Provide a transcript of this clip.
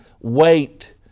Wait